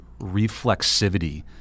reflexivity